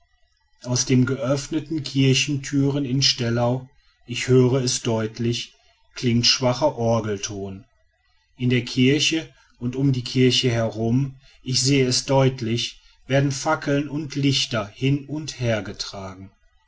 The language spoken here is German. aus den geöffneten kirchentüren in stellau ich höre es deutlich klingt schwacher orgelton in der kirche und um die kirche herum ich sehe es deutlich werden fackeln und lichter hin und her getragen